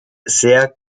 sehr